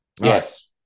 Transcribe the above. Yes